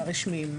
על הרשמיים.